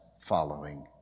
following